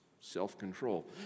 Self-control